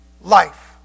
life